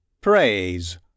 praise